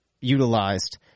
utilized